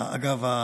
אגב,